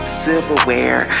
silverware